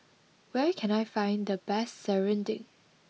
where can I find the best Serunding